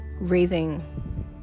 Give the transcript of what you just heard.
raising